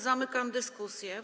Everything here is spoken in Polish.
Zamykam dyskusję.